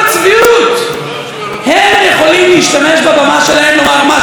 הם יכולים להשתמש בבמה שלהם לומר מה שהם רוצים ואילו אנחנו,